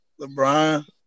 LeBron